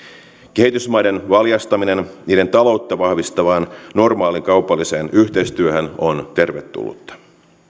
kehitysmaiden valjastaminen niiden taloutta vahvistavaan normaaliin kaupalliseen yhteistyöhön on tervetullutta